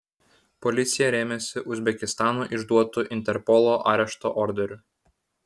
policija rėmėsi uzbekistano išduotu interpolo arešto orderiu